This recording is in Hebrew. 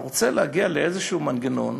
אתה רוצה להגיע לאיזשהו מנגנון